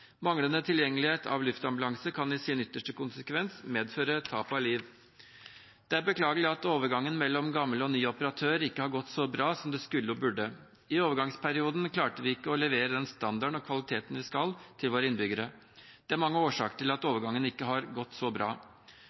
Manglende tilgjengelighet til luftambulanse kan i sin ytterste konsekvens medføre tap av liv. Det er beklagelig at overgangen mellom gammel og ny operatør ikke har gått så bra som den skulle og burde. I overgangsperioden klarte de ikke å levere den standarden og kvaliteten de skal, til våre innbyggere. Det er mange årsaker til at overgangen ikke har gått så bra.